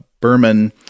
Berman